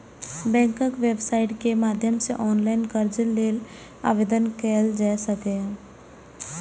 बैंकक वेबसाइट केर माध्यम सं ऑनलाइन कर्ज लेल आवेदन कैल जा सकैए